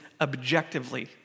objectively